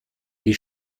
die